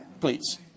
please